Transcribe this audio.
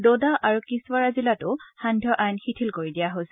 ডডা আৰু কিস্তাৱাৰ জিলাতো সান্ধ্য আইন শিঠিল কৰি দিয়া হৈছে